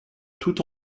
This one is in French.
tout